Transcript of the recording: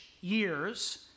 years